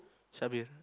syabil